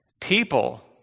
People